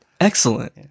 Excellent